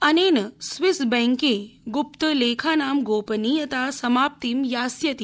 अनेन स्विस बैंके ग्रप्त लेखानां गोपनीयता समाप्तिं यास्यति